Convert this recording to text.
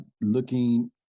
looking